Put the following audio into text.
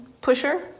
pusher